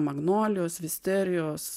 magnolijos visterijos